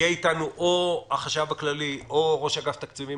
יהיה איתנו או החשב הכללי או ראש אגף התקציבים